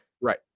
Right